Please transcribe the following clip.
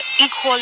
equal